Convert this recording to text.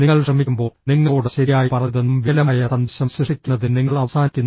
നിങ്ങൾ ശ്രമിക്കുമ്പോൾ നിങ്ങളോട് ശരിയായി പറഞ്ഞതെന്തും വികലമായ സന്ദേശം സൃഷ്ടിക്കുന്നതിൽ നിങ്ങൾ അവസാനിക്കുന്നു